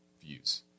views